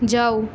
যাও